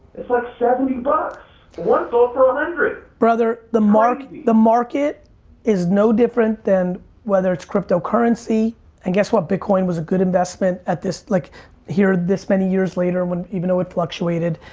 it's like seventy bucks. one sold for one hundred! crazy. the market the market is no different then whether it's cryptocurrency and, guess what, bitcoin was a good investment at this, like here this many years later when, even though it fluctuated.